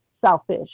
selfish